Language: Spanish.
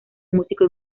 músico